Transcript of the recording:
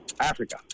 Africa